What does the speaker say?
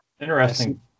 Interesting